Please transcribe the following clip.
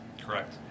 Correct